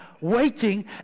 waiting